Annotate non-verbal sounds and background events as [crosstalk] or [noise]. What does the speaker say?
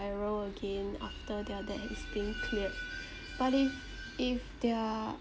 spiral again after their debt has been cleared [breath] but if if their